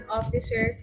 officer